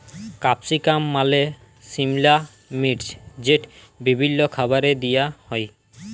capsicum মালে সিমলা মির্চ যেট বিভিল্ল্য খাবারে দিঁয়া হ্যয়